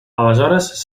aleshores